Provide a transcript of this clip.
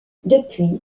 depuis